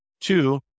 Two